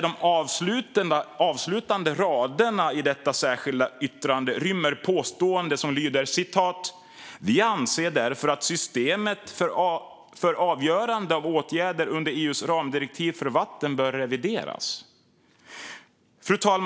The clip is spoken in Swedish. De avslutande raderna i detta särskilda yttrande lyder: "Vi anser därför att systemet för avgöranden av åtgärder under EU:s ramdirektiv för vatten bör revideras." Fru talman!